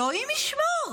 אלוהים ישמור,